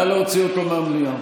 נא להוציא אותו מהמליאה.